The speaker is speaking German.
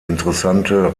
interessante